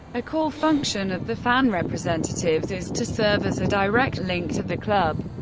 a core function of the fan representatives is to serve as a direct link to the club.